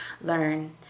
learn